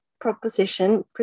proposition